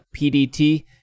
PDT